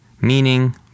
meaning